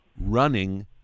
running